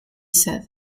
said